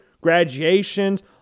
graduations